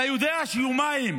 אתה יודע שיומיים